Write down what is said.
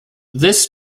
this